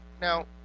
Now